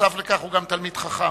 ונוסף על כך תלמיד חכם.